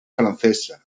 francesa